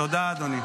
תודה, אדוני.